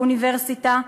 באוניברסיטה,